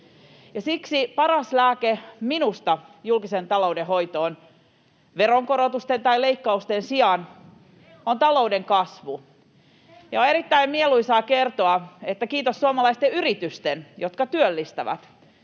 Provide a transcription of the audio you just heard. minusta paras lääke julkisen talouden hoitoon veronkorotusten tai leikkausten sijaan on talouden kasvu. Ja on erittäin mieluisaa kertoa, että kiitos suomalaisten yritysten, jotka työllistävät,